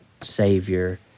Savior